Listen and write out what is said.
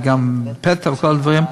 וגם ביקורות פתע וכל הדברים,